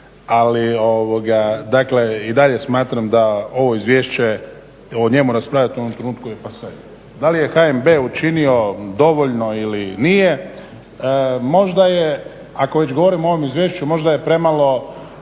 ali dakle i dalje smatram da ovo izvješće, o njemu raspravljat u ovom trenutku je pase. Da li je HNb učinio dovoljno ili nije, možda je ako već govorimo o ovom izvješću, možda je premalo